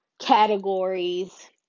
categories